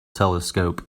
telescope